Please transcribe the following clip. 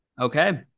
Okay